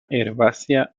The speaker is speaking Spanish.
herbácea